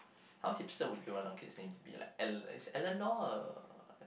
how hipster would you want our kids name to be like El~ is Eleanor or